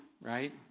right